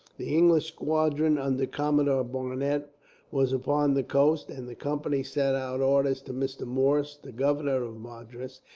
the english squadron under commodore barnet was upon the coast, and the company sent out orders to mr. morse, the governor of madras,